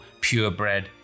purebred